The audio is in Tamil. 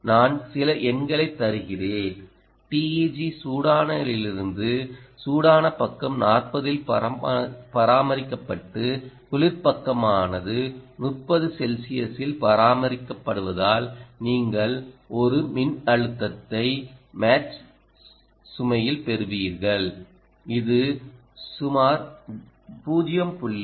நான் சில எண்களைத் தருகிறேன் TEG சூடான இலிருந்து சூடான பக்கம் 40 இல் பராமரிக்கப்பட்டு குளிர் பக்கமானது 30 செல்சியஸில் பராமரிக்கப்படுமானால் நீங்கள் ஒரு மின்னழுத்தத்தைப் மேட்ச் சுமையில் பெறுவீர்கள் இது சுமார் 0